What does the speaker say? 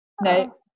no